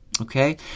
Okay